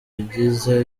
agize